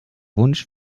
wunsch